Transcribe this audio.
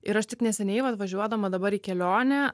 ir aš tik neseniai vat važiuodama dabar į kelionę